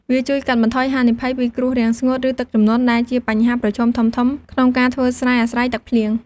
វាជួយកាត់បន្ថយហានិភ័យពីគ្រោះរាំងស្ងួត ឬទឹកជំនន់ ដែលជាបញ្ហាប្រឈមធំៗក្នុងការធ្វើស្រែអាស្រ័យទឹកភ្លៀង។